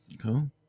cool